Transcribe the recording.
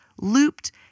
Looped